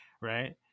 right